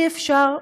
אי-אפשר,